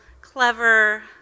clever